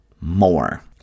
more